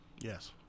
Yes